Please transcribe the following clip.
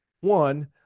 One